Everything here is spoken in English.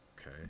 okay